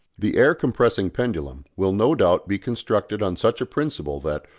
the air-compressing pendulum will no doubt be constructed on such a principle that,